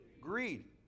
Greed